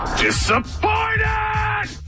Disappointed